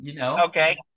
okay